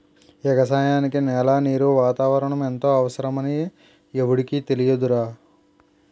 ఎగసాయానికి నేల, నీరు, వాతావరణం ఎంతో అవసరమని ఎవుడికి తెలియదురా